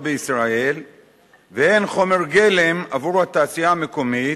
ישראל והן חומר גלם עבור התעשייה המקומית,